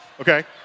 okay